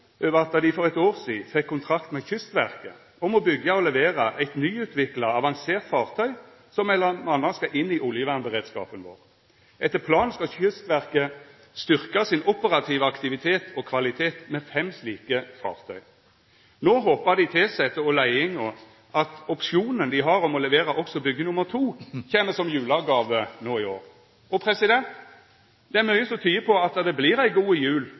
over at dei for eit år sidan fekk kontrakt med Kystverket om å byggja og levera eit nyutvikla, avansert fartøy som m.a. skal inn i oljevernberedskapen vår. Etter planen skal Kystverket styrkja sin operative aktivitet og kvalitet med fem slike fartøy. No håpar dei tilsette og leiinga at opsjonen dei har om å byggja og levera også nr. to, kjem som julegåve no i år. Det er mykje som tyder på at det vert ei god jul